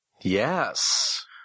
Yes